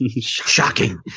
Shocking